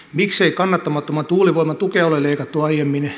miksei kannattamattoman tuulivoiman tukea ole leikattu aiemmin